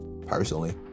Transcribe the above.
personally